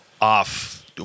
off